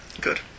Good